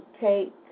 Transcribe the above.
take